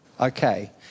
Okay